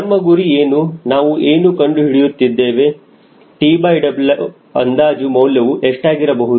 ನಮ್ಮ ಗುರಿ ಏನು ನಾವು ಏನು ಕಂಡು ಹಿಡಿಯುತ್ತಿದ್ದೇವೆ TW ಅಂದಾಜು ಮೌಲ್ಯವು ಎಷ್ಟಾಗಿರಬಹುದು